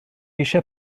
eisiau